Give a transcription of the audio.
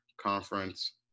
Conference